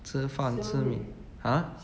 吃饭吃面 ha